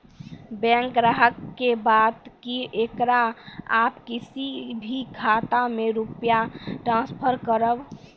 Bank ग्राहक के बात की येकरा आप किसी भी खाता मे रुपिया ट्रांसफर करबऽ?